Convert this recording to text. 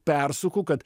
persuku kad